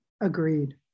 Agreed